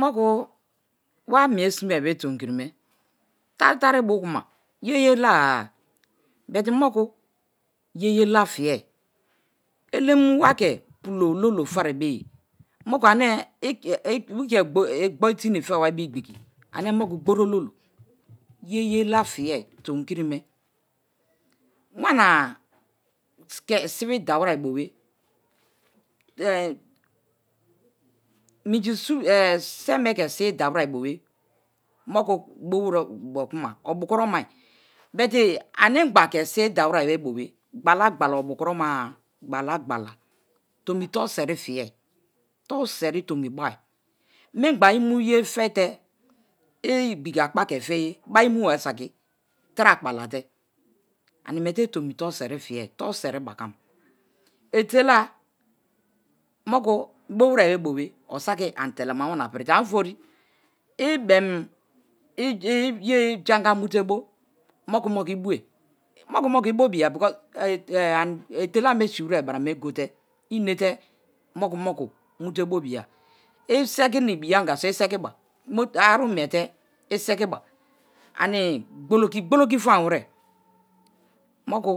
Mo̱ku̱ wa mi̱e simewe tomikirime tari tari kuma ye̱a-ye̱a la-a but moku ye̱a-yea la fiye̱. Elem wa ke̱ pulo ololo feriye, moku ike gboru tinni febari igbiki ane moku gboru ololo, ye̱a-ye̱a la fiye tomikirime. Wanima ke̱ sibidaweri̱ bobe̱, minjiseme ke̱ si̱bi̱dawere bobe moku bowe rebo obukuroma but anigba ke̱ sibidawere bobe gbala-gbala obukuroma-a gbala-gbala tomi toruseri fiye̱ toru seri tomi ba. Mingba imu ye̱a fe̱ te̱ i̱ igbigi apkpa ke̱ feye bara imusaki ani traa akpa late̱ ani mie̱te tomi toruseri fiye, toru se̱ri bakam. Etela moku bowere̱ bobe̱ osaki ani telema wamina pirite ani ofori ibien ye̱ i̱ i̱e̱-anga mutebo moku-moku ibobiya because etela me̱ siwe̱re̱ bara me̱ gote̱ i̱ inete moku-moku mute bobia, isekina ibiya anga so̱ i̱se̱ki̱ba aru̱ mi̱e̱te̱ i̱se̱ki̱ba ani̱ gboloki-gboloki famawere. Mo̱ku̱